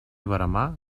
veremar